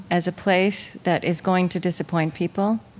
as a place that is going to disappoint people,